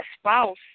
spouse